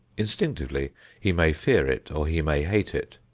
instinctively he may fear it or he may hate it.